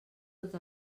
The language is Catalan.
tot